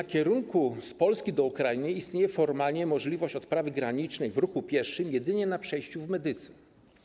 W kierunku z Polski do Ukrainy istnieje formalnie możliwość odprawy granicznej w ruchu pieszych jedynie na przejściu w Medyce.